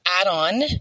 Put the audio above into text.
add-on